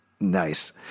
Nice